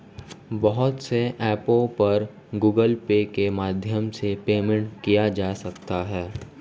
बहुत से ऐपों पर गूगल पे के माध्यम से पेमेंट किया जा सकता है